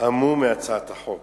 המום מהצעת החוק.